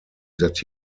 that